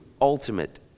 ultimate